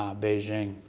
um beijing,